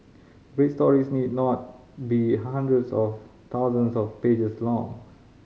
great stories need not be hundreds or thousands of pages long